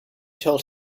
told